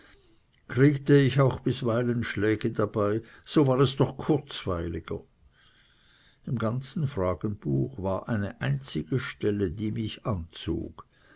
kriegte ich auch bisweilen schläge dabei so war es doch kurzweiliger im ganzen fragenbuch war eine einzige stelle die mich anzog